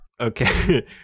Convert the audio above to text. Okay